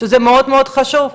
שזה מאוד מאוד חשוב,